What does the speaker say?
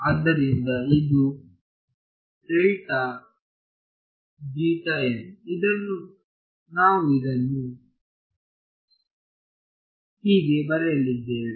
ಆದ್ದರಿಂದ ಇದು ನಾವು ಇದನ್ನು ಹೀಗೆ ಬರೆದಿದ್ದೇವೆ